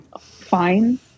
fine